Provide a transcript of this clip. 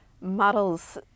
models